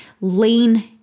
Lean